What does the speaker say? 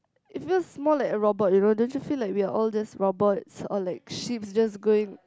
it feels more like a robot you know don't you feel like we are all just robots or like sheep's just going